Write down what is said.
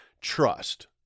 trust